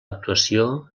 actuació